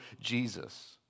Jesus